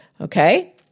Okay